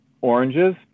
oranges